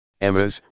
Emma's